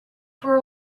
for